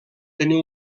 tenir